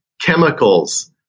chemicals